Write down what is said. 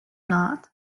not